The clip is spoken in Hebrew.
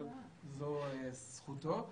זו זכותו.